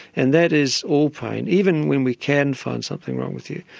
and that is all pain, even when we can find something wrong with you.